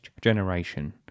generation